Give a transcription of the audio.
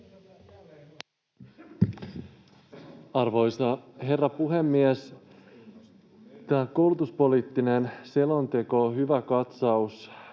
Arvoisa herra puhemies! Tämä koulutuspoliittinen selonteko on hyvä katsaus